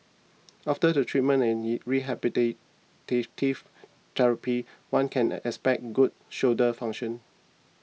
after the treatment and in rehabilitative therapy one can expect good shoulder function